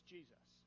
Jesus